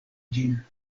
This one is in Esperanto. ĝin